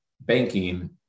banking